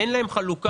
אין להם חלוקה.